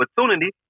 opportunity